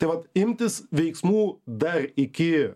tai vat imtis veiksmų dar iki